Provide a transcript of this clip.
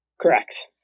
Correct